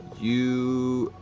you,